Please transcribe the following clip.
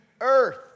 earth